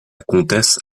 comtesse